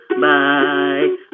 Bye